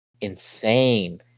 insane